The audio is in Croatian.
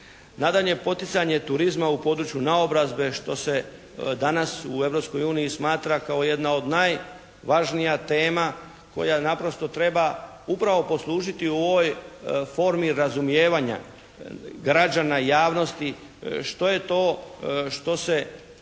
Nadalje poticanje turizma u području naobrazbe što se danas u Europskoj uniji smatra kao jedna od najvažnija tema koja naprosto treba upravo poslužiti u ovoj formi razumijevanja građana i javnosti što je to što se